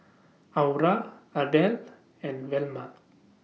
Aura Ardelle and Velma